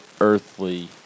earthly